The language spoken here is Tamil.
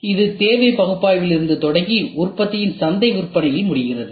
எனவே இது தேவை பகுப்பாய்விலிருந்து தொடங்கி உற்பத்தியின் சந்தை விற்பனையில் முடிகிறது